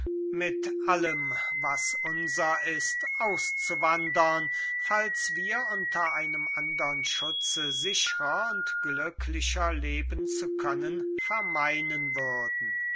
mit allem was unser ist auszuwandern falls wir unter einem andern schutze sichrer und glücklicher leben zu können vermeinen würden